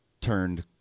turned